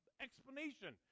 explanation